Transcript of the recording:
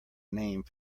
name